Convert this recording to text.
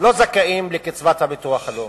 לא זכאים לקצבת הביטוח הלאומי.